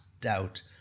doubt